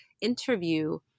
interview